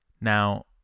Now